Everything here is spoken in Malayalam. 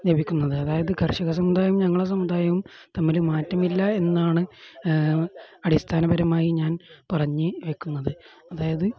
ലഭിക്കുന്നത് അതായത് കർഷിക സമുദായവും ഞങ്ങളുടെ സമുദായവും തമ്മിൽ മാറ്റമില്ല എന്നാണ് അടിസ്ഥാനപരമായി ഞാൻ പറഞ്ഞ് വെക്കുന്നത് അതായത്